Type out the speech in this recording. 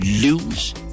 lose